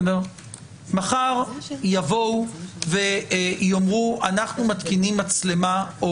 מחר יבואו ויאמרו שאנחנו מתקינים מצלמה או